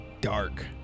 dark